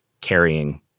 carrying